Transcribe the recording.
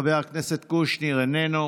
חבר הכנסת קושניר, איננו.